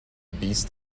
beast